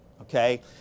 okay